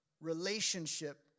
relationship